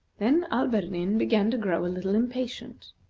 then alberdin began to grow a little impatient.